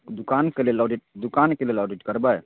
दोकानके लेल ऑडिट दोकानके लेल ऑडिट करबै